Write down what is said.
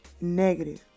negative